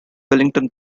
wellington